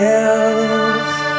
else